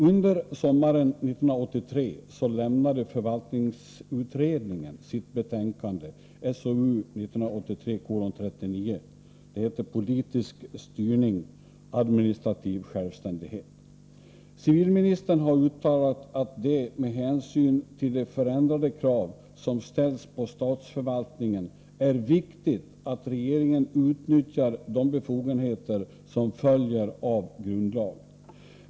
Under sommaren 1983 lämnade förvaltningsutredningen sitt betänkande Politisk styrning-administrativ självständighet. Civilministern har uttalat att det med hänsyn till de förändrade krav som ställs på statsförvaltningen är viktigt att regeringen utnyttjar de befogenheter som följer av grundlagen.